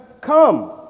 come